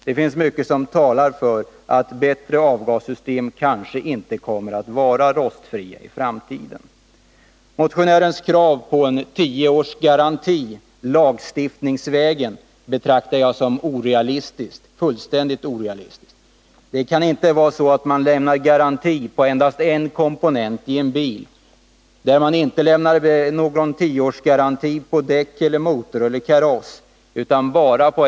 Det finns mycket som talar för att bättre avgassystem i framtiden kanske inte kommer att vara av rostfri plåt. Motionärens krav på en tioårsgaranti lagstiftningsvägen betraktar jag som fullständigt orealistiskt. Man kan inte lämna garanti på endast en komponent i en bil, samtidigt som man inte lämnar någon tioårsgaranti på däck, motor eller kaross.